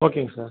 ஓகேங்க சார்